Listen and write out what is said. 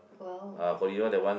!wow!